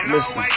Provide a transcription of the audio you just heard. Listen